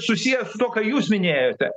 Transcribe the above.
susiję su tuo ką jūs minėjote